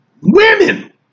Women